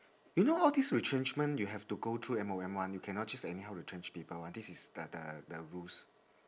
you know all these retrenchment you have to go through M_O_M one you cannot just anyhow retrench people one this is the the the rules